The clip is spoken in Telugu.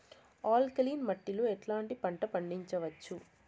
ఆల్కలీన్ మట్టి లో ఎట్లాంటి పంట పండించవచ్చు,?